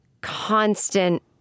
constant